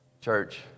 Church